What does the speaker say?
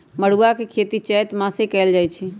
मरुआ के खेती चैत मासमे कएल जाए छै